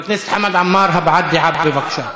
חבר הכנסת חמד עמאר, הבעת דעה, בבקשה.